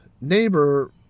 neighbor